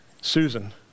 Susan